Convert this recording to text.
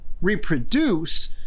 reproduce